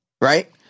Right